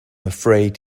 afraid